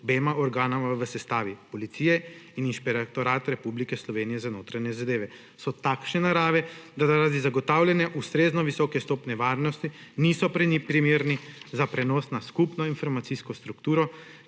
obema organoma v sestavi; policije in Inšpektorat Republike Slovenije za notranje zadeve. So takšne narave, da zaradi zagotavljanja ustrezno visoke stopnje varnosti niso primerni za prenos na skupno informacijsko strukturo,